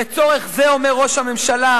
לצורך זה" אומר ראש הממשלה,